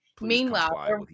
Meanwhile